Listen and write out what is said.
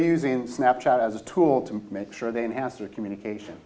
using snapshot as a tool to make sure they enhance your communication